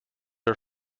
are